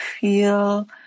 feel